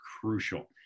crucial